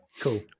Cool